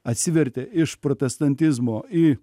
atsivertė iš protestantizmo į